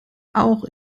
auch